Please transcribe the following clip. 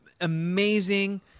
amazing